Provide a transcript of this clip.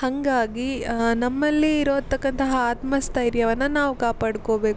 ಹಾಗಾಗಿ ನಮ್ಮಲ್ಲಿ ಇರತಕ್ಕಂತಹ ಆತ್ಮಸ್ಥೈರ್ಯವನ್ನು ನಾವು ಕಾಪಾಡಿಕೋಬೇಕು